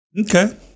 Okay